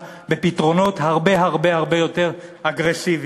בפתרונות הרבה הרבה הרבה יותר אגרסיביים.